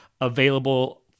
available